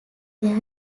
their